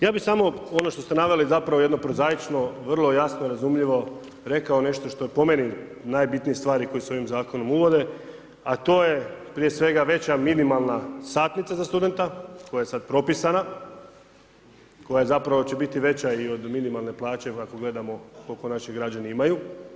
Ja bih samo ono što ste naveli zapravo jedno prozaično, vrlo jasno, razumljivo rekao nešto što po meni najbitnije stvari koje se ovim zakonom uvode a to je prije svega veća minimalna satnica za studenta koja je sada propisana, koja zapravo će biti veća i od minimalne plaće ako gledamo koliko naši građani imaju.